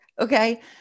okay